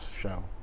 show